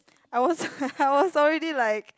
I was I was already like